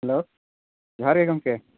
hello ᱡᱚᱦᱟᱨ ᱜᱮ ᱜᱚᱢᱠᱮ